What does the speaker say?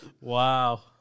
Wow